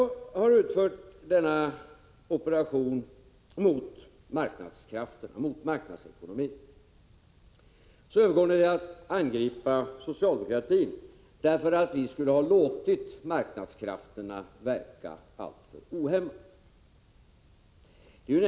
När ni då utfört denna operation mot marknadsekonomin övergår ni till att angripa oss socialdemokrater därför att vi skulle ha låtit marknadskrafterna verka alltför ohämmat.